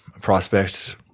prospect